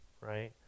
right